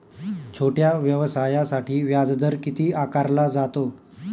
छोट्या व्यवसायासाठी व्याजदर किती आकारला जातो?